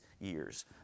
years